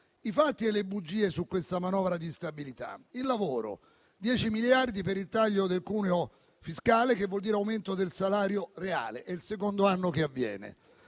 Fatti e non bugie su questa manovra di stabilità. Per quanto riguarda il lavoro, 10 miliardi per il taglio del cuneo fiscale, che vuol dire aumento del salario reale, ed è il secondo anno che avviene;